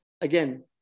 again